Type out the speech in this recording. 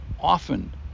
often